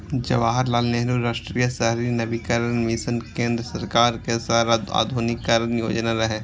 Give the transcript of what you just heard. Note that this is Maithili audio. जवाहरलाल नेहरू राष्ट्रीय शहरी नवीकरण मिशन केंद्र सरकार के शहर आधुनिकीकरण योजना रहै